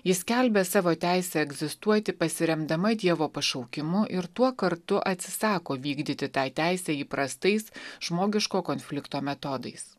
ji skelbia savo teisę egzistuoti pasiremdama dievo pašaukimu ir tuo kartu atsisako vykdyti tą teisę įprastais žmogiško konflikto metodais